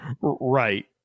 Right